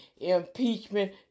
impeachment